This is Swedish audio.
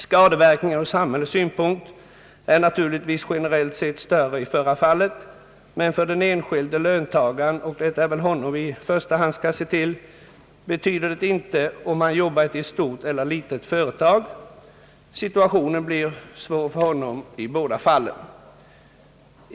Skadeverkningarna ur samhällets synpunkt är naturligtvis generellt sett större i förra fallet, men för den enskilde löntagaren — och det är väl honom vi i första hand skall se till — betyder det inget om han jobbat i ett stort eller i ett litet företag; situationen blir svår för honom i båda fallen.